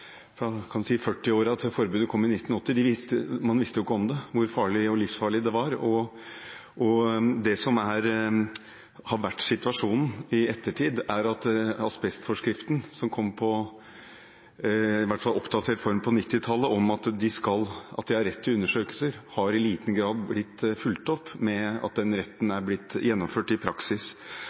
fra 1940-årene til forbudet kom i 1980, visste ikke hvor farlig – og livsfarlig – det var. Det som har vært situasjonen i ettertid, er at asbestforskriften som kom, i hvert fall i oppdatert form, på 1990-tallet, om at de har rett til undersøkelser, i liten grad har blitt fulgt opp med at den retten er blitt gjennomført i praksis,